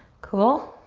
cool?